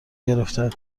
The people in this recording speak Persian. گرفته